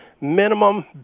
minimum